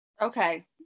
Okay